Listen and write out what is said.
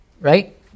right